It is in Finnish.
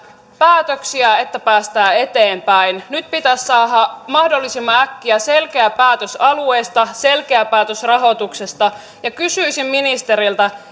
päätöksiä että päästään eteenpäin nyt pitäisi saada mahdollisimman äkkiä selkeä päätös alueista selkeä päätös rahoituksesta kysyisin ministeriltä